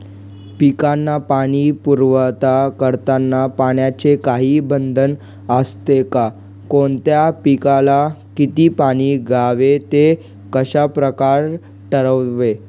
पिकांना पाणी पुरवठा करताना पाण्याचे काही बंधन असते का? कोणत्या पिकाला किती पाणी द्यावे ते कशाप्रकारे ठरवावे?